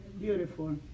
beautiful